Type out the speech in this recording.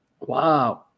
wow